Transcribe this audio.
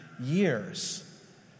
years